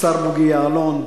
השר בוגי יעלון,